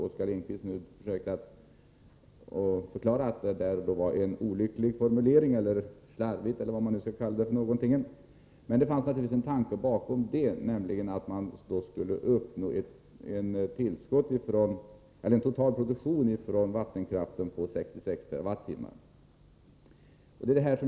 Oskar Lindkvist har nu försökt förklara att det där var en olycklig eller slarvig formulering. Men det fanns naturligtvis en tanke bakom, nämligen att man skulle uppnå en total produktion genom vattenkraften på 66 TWh.